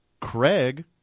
Craig